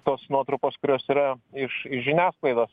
tos nuotrupos kurios yra iš iš žiniasklaidos